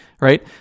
right